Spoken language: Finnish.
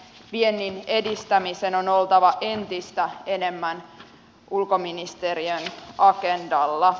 viennin edistämisen on oltava entistä enemmän ulkoministeriön agendalla